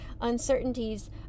uncertainties